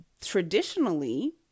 traditionally